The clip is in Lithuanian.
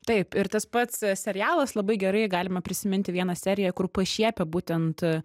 taip ir tas pats serialas labai gerai galima prisiminti vieną seriją kur pašiepia būtent